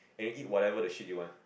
and then eat whatever the shit you want